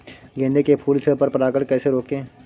गेंदे के फूल से पर परागण कैसे रोकें?